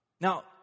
Now